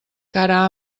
cara